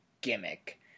gimmick